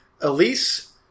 Elise